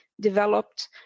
developed